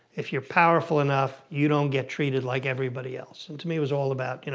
if you're powerful enough, you don't get treated like everybody else. and to me it was all about, you know,